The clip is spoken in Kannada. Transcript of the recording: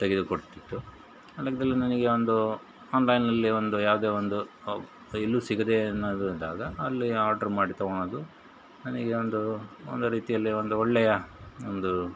ತೆಗೆದುಕೊಡ್ತಿತ್ತು ಆ ಲೆಕ್ದಲ್ಲಿ ನನಗೆ ಒಂದು ಆನ್ಲೈನಲ್ಲಿ ಒಂದು ಯಾವುದೇ ಒಂದು ಎಲ್ಲೂ ಸಿಗದೇ ಅನ್ನದು ಇದ್ದಾಗ ಅಲ್ಲಿ ಆಡ್ರ್ ಮಾಡಿ ತಗೊಳೋದು ನನಗೆ ಒಂದು ಒಂದು ರೀತಿಯಲ್ಲಿ ಒಂದು ಒಳ್ಳೆಯ ಒಂದು